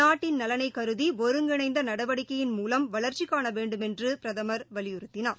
நாட்டின் நலனை கருதி ஒருங்கிணைந்த நடவடிக்கையின் மூலம் வளர்ச்சி காண வேண்டுமென்று பிரதமர் வலியுறுத்தினார்